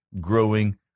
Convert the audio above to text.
growing